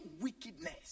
wickedness